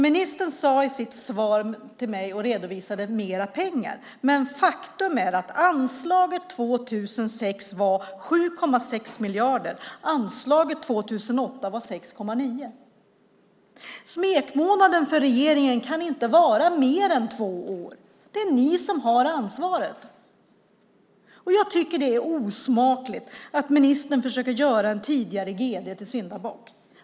I sitt svar till mig redovisade ministern mer pengar, men faktum är att anslaget 2006 var 7,6 miljarder. Anslaget 2008 var 6,9 miljarder. Smekmånaden för regeringen kan inte vara mer än två år. Det är ni som har ansvaret. Jag tycker att det är osmakligt att ministern försöker göra en tidigare gd till syndabock.